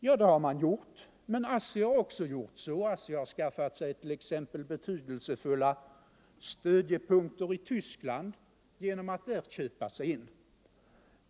Ja, det har man gjort, men också ASSI har skaffat sig betydelsefulla stödjepunkter i Tyskland genom att där köpa sig in.